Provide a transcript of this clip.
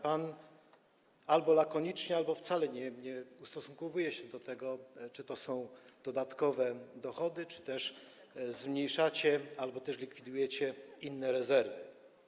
Pan albo lakonicznie, albo wcale nie ustosunkowuje się do tego, czy to są dodatkowe dochody czy też zmniejszacie albo likwidujecie inne rezerwy.